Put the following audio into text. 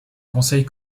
conseil